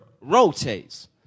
rotates